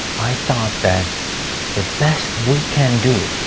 i thought that the best we can do